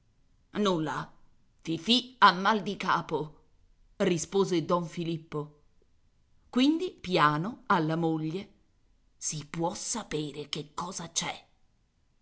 nulla fifì ha mal di capo rispose don filippo quindi piano alla moglie si può sapere che cosa c'è